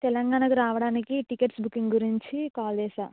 తెలంగాణకి రావడానికి tickets booking గురించి కాల్ చేశాను